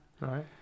Right